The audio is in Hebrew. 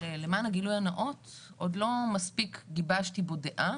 למען הגילוי הנאות, עוד לא מספיק גיבשתי בו דעה